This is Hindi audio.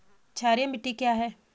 क्षारीय मिट्टी क्या है?